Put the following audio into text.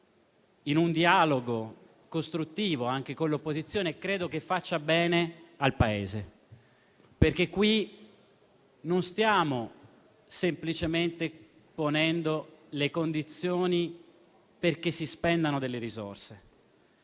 in un dialogo costruttivo con l'opposizione, credo faccia bene al Paese. In questo caso, infatti, non stiamo semplicemente ponendo le condizioni perché si spendano delle risorse,